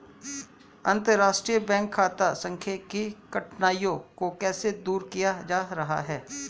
अंतर्राष्ट्रीय बैंक खाता संख्या की कठिनाइयों को कैसे दूर किया जा रहा है?